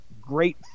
great